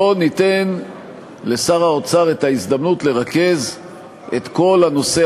בואו ניתן לשר האוצר את ההזדמנות לרכז את כל הנושא